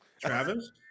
Travis